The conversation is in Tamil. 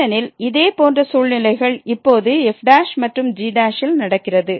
ஏனெனில் இதே போன்ற சூழ்நிலைகள் இப்போது f மற்றும் g ல் நடக்கிறது